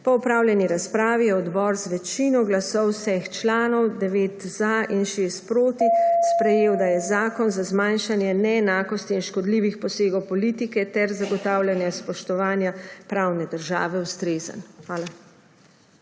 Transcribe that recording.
Po opravljeni razpravi je odbor z večino glasov vseh članov, 9 za in 6 proti, sprejel, da je Zakon za zmanjšanje neenakosti in škodljivih posegov politike ter zagotavljanje spoštovanja pravne države ustrezen. Hvala.